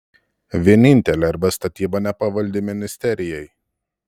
vienintelė rb statyba nepavaldi ministerijai